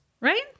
Right